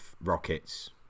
rockets